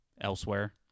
elsewhere